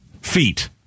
feet